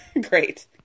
Great